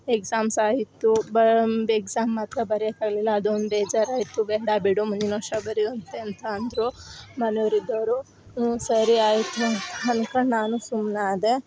exams ಆಯಿತು ಬಾ exam ಮಾತ್ರ ಬರಿಯೋಕ್ ಆಗಲಿಲ್ಲ ಅದೊಂದು ಬೇಜಾರಾಯಿತು ಬೇಡ ಬಿಡು ಮುಂದಿನ ವರ್ಷ ಬರೆಯುವಂತೆ ಅಂತ ಅಂದರು ಮನೇಯವ್ರ್ ಇದ್ದವರು ಹ್ಞೂ ಸರಿ ಆಯಿತು ಅಂತ ಅನ್ಕೊಂಡ್ ನಾನು ಸುಮ್ನಾದೆ